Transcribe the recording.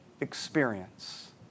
experience